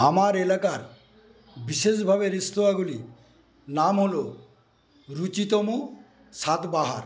আমার এলাকার বিশেষভাবে রেস্তোরাঁগুলি নাম হল রুচিতম স্বাদবাহার